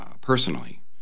personally